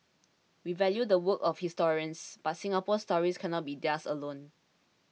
we value the work of historians but Singapore's story cannot be theirs alone